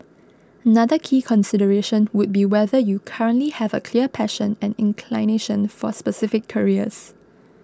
another key consideration would be whether you currently have a clear passion and inclination for specific careers